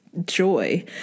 joy